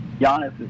Giannis